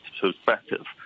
perspective